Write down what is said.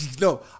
No